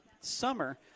summer